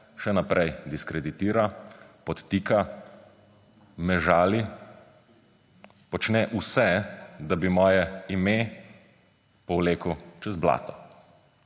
Še naprej diskreditira, podtika, me žali, počne vse, da bi moje ime povlekel čez blato.